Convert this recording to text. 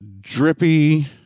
drippy